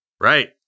Right